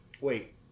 Wait